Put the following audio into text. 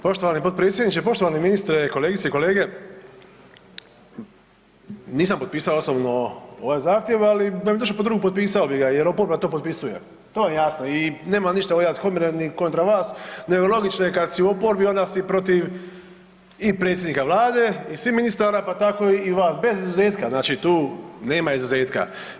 Poštovani potpredsjedniče, poštovani ministre, kolegice i kolege, nisam potpisao osobno ovaj zahtjev ali da mi je došao pod ruku potpisao bi ga jer oporba to potpisuje to je jasno i nemam ništa ovdje ad hominem i kontra vas nego logično je kad si u oporbi onda si protiv i predsjednika Vlade i svih ministara pa tako i vas, bez izuzetka, znači tu nema izuzetka.